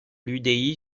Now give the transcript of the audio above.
l’udi